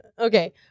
Okay